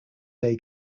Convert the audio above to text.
day